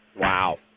Wow